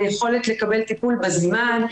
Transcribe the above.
היכולת לקבל טיפול בזמן,